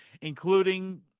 including